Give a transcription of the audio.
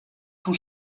tout